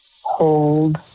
hold